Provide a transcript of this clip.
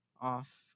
off